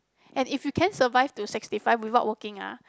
and if you can survive to sixty five without working ah